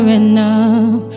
enough